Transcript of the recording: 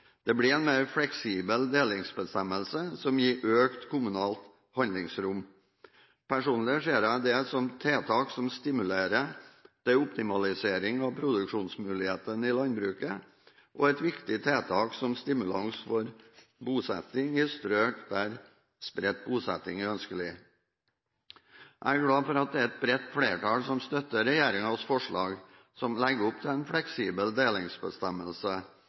Det blir en mer fleksibel delingsbestemmelse som gir økt kommunalt handlingsrom. Personlig ser jeg det som tiltak som stimulerer til optimalisering av produksjonsmulighetene i landbruket, og et viktig tiltak som stimulans for bosetting i strøk der spredt bosetting er ønskelig. Jeg er glad for at det er et bredt flertall som støtter regjeringens forslag, som legger opp til en fleksibel delingsbestemmelse,